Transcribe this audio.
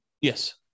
Yes